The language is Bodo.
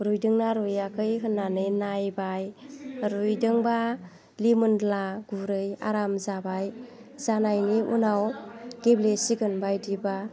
रुइदों ना रुइयाखै होननानै नायबाय रुइदोंबा लिमोनला गुरै आराम जाबाय जानायनि उनाव गेब्ले सिगोन बायदिबा